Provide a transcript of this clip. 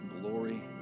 glory